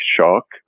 shock